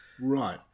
right